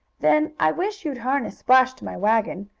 then i wish you'd harness splash to my wagon,